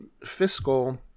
fiscal